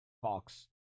talks